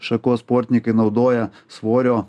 šakos sportininkai naudoja svorio